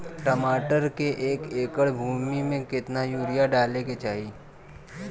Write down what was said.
टमाटर के एक एकड़ भूमि मे कितना यूरिया डाले के चाही?